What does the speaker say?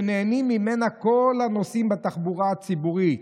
שנהנים ממנה כל הנוסעים בתחבורה הציבורית.